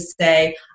say